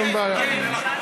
כן,